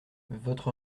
votre